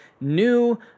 new